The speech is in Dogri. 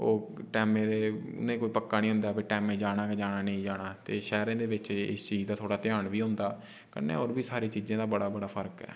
टैमे दे नेईं कोई पक्का निं होंदा जे टैमे जाना गै जाना नेईं ते शैह्रें दे बिच इस चीज दा थोह्ड़ा ध्यान बी होंदा कन्नै होर बी सारी चीज़ें दा बड़ा बड़ा फर्क ऐ